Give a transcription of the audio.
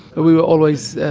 and we were always